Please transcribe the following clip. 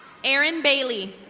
erin bailey.